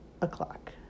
o'clock